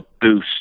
boost